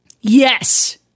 Yes